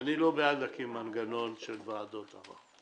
אני לא בעד הקמת מנגנון של ועדות ערר.